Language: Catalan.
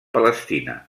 palestina